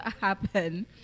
happen